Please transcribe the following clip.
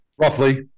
Roughly